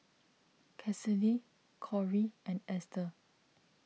Cassidy Korey and Esther